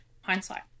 hindsight